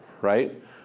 right